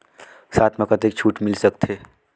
साथ म कतेक छूट मिल सकथे?